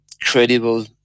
credible